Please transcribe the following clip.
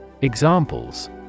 Examples